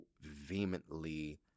vehemently